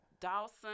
Dawson